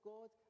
God